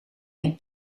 mijn